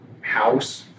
house